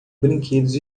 brinquedos